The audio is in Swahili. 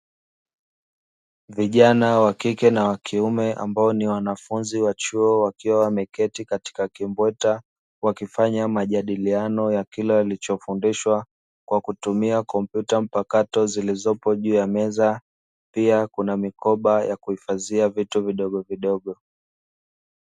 Vijana wa kike na wa kiume ambao ni wanafunzi wa chuo wakiwa wameketi katika kibweta, wakifanya majadiliano ya kile walichofundishwa kwa kutumia kompyuta mpakato zilizopo juu ya meza, pia kuna mikoba ya kuhifadhia vitu vidogovidogo.